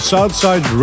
Southside